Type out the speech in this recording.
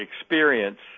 experience